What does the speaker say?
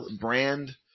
Brand